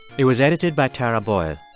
it was edited by tara boyle.